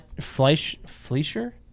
Fleischer